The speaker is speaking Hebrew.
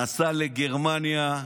נסע לגרמניה,